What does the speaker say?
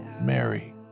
mary